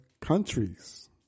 countries